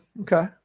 okay